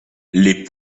les